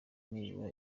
nibura